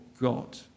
God